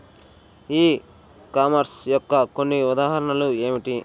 ఈ కామర్స్ యొక్క కొన్ని ఉదాహరణలు ఏమిటి?